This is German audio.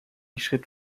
schritt